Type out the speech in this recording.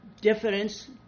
difference